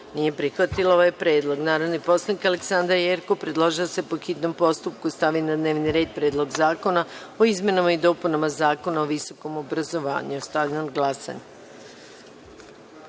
nije prihvatila ovaj predlog. Narodni poslanik mr Aleksandra Jerkov je predložila da se, po hitnom postupku, stavi na dnevni red Predlog zakona o izmenama i dopunama Zakona o osnovama sistema obrazovanja